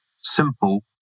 simple